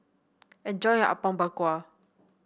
enjoy your Apom Berkuah